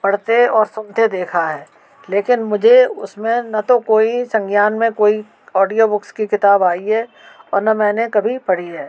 पढ़ते और सुनते देखा है लेकिन मुझे उसमें न तो कोई संज्ञान मे कोई ऑडिओ बुक्स की किताब आई है और न मैंने कभी पढ़ी है